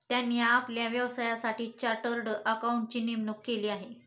त्यांनी आपल्या व्यवसायासाठी चार्टर्ड अकाउंटंटची नेमणूक केली आहे